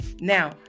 now